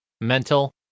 mental